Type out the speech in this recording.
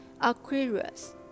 Aquarius